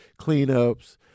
cleanups